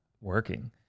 working